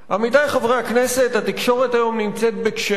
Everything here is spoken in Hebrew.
עמיתי חברי הכנסת, התקשורת היום נמצאת בקשיים.